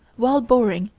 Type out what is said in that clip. while boring,